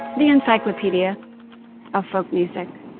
the encyclopedia of folk music.